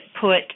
put